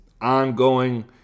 ongoing